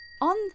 On